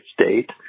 State